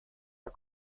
der